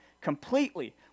completely